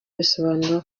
bisobanura